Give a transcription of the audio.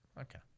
Okay